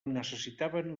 necessitaven